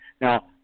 Now